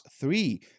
three